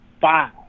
five